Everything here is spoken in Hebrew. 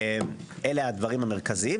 אלה הדברים המרכזיים.